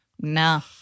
No